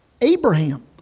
Abraham